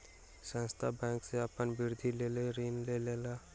संस्थान बैंक सॅ अपन वृद्धिक लेल ऋण लेलक